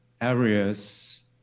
areas